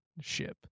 ship